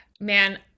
Man